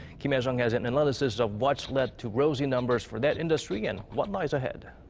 kim hyesung has an analysis of what's led to rosy numbers for that industry and what lies ahead.